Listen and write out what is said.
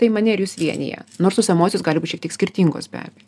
tai mane ir jus vienija nors tos emocijos gali būti šiek tiek skirtingos be abejo